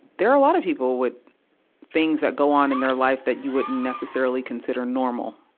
there're a lot of people with things that go on in their life that you wouldn't necessarily consider normal,